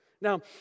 Now